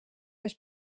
dels